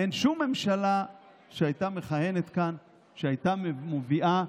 אין שום ממשלה שהייתה מכהנת כאן שהייתה מביאה,